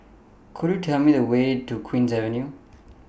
Could YOU Tell Me The Way to Queen's Avenue